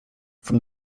from